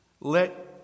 Let